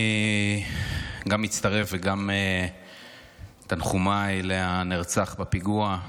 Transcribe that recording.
אני מצטרף וגם תנחומיי למשפחת הנרצח בפיגוע,